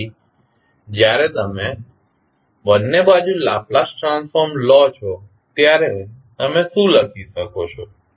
તેથી જ્યારે તમે બંને બાજુ લાપ્લાસ ટ્રાન્સફોર્મ લો છો ત્યારે તમે શું લખી શકો છો